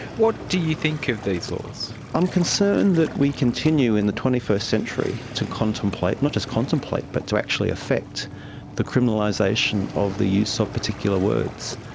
what do you think of these laws? i'm concerned that we continue in the twenty first century to contemplate, not just contemplate but to actually affect the criminalisation of the use of particular words.